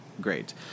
great